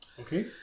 Okay